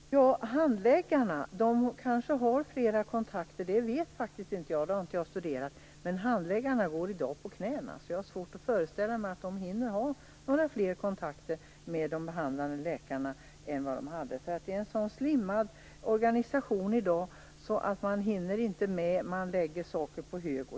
Fru talman! Handläggarna kanske har flera kontakter. Det vet inte jag, eftersom jag inte har studerat det. Men handläggarna går i dag på knäna. Jag har därför svårt att föreställa mig att de hinner ha några fler kontakter med de behandlande läkarna än de har haft. Det är nämligen en så slimmad organisation i dag att man inte hinner med utan lägger saker på hög.